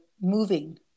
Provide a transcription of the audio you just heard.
moving